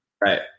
Right